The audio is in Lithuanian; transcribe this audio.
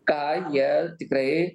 ką jie tikrai